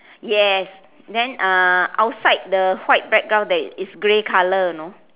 yes then uh outside the white background there is grey colour you know